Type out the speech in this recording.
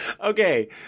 okay